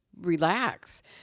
relax